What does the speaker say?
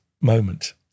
moment